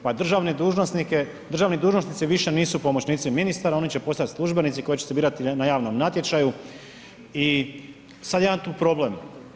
Pa državni dužnosnik je, državni dužnosnici više nisu pomoćnici ministara oni će postati službenici koje će se birati na javnom natječaju i sad jedan tu problem.